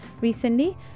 recently